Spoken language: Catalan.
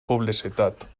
publicitat